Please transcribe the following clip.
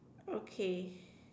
okay